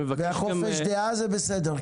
חופש דעה זה בסדר.